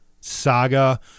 saga